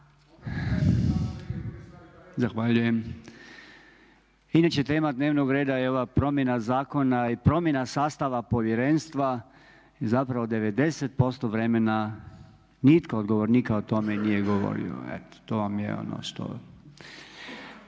Zahvaljujem. Inače tema dnevnog reda je ova promjena zakona i promjena sastava povjerenstva i zapravo 90% vremena nitko od govornika o tome nije govorio. Eto to je ono.